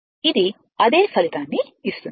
ఇది అదే ఫలితాన్ని ఇస్తుంది